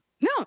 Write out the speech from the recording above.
No